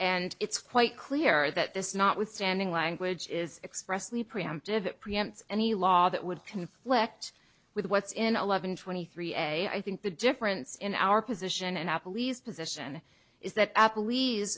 and it's quite clear that this notwithstanding language is expressly preemptive it preempts any law that would conflict with what's in eleven twenty three a i think the difference in our position and apple lease position is that